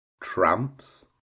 Tramps